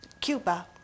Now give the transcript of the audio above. Cuba